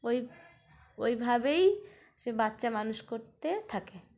ওই ওইভাবেই সে বাচ্চা মানুষ করতে থাকে